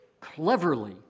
cleverly